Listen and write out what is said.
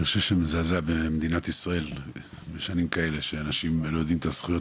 מזעזע שבמדינת ישראל אנשים לא יודעים את הזכויות